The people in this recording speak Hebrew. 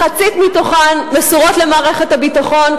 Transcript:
מחצית מהן מסורות למערכת הביטחון.